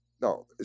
no